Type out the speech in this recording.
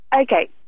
Okay